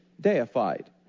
deified